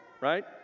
right